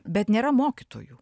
bet nėra mokytojų